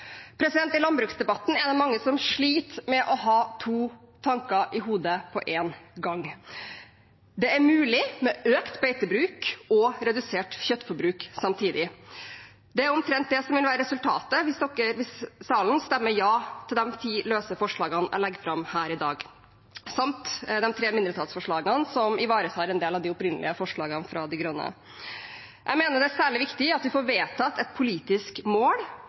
I landbruksdebatten er det mange som sliter med å ha to tanker i hodet på en gang. Det er mulig med økt beitebruk og redusert kjøttforbruk samtidig. Det er omtrent det som vil være resultatet hvis salen stemmer ja til de ti løse forslagene jeg legger fram her i dag, samt de tre mindretallsforslagene som ivaretar en del av de opprinnelige forslagene fra Miljøpartiet De Grønne. Jeg mener det er særlig viktig at vi innen næringspolitikken får vedtatt et politisk mål